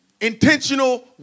Intentional